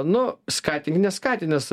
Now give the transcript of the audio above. nu skatink neskatinęs